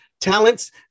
talents